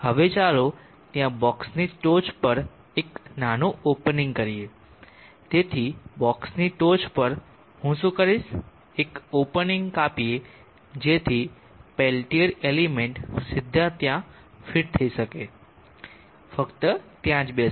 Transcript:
હવે ચાલો ત્યાં બોક્ષની ટોચ પર એક નાનું ઓપનિંગ કરીએ તેથી બોક્ષ ની ટોચ પર હું શું કરીશ એક ઓપનિંગ કાપીએ જેથી પેલ્ટીઅર એલિમેન્ટ સીધા ત્યાં ફિટ થઈ શકે ફક્ત ત્યાં જ બેસે